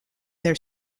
their